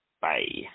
Bye